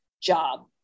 job